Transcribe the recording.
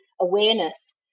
awareness